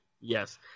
Yes